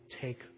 take